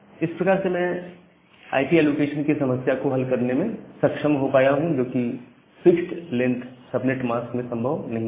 इस प्रकार से मैं आईपीएल ऐलोकेशन की समस्या को हल करने में सक्षम हो पाया हूं जो कि फिक्स्ड लेंथ सबनेट मास्क में संभव नहीं था